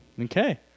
okay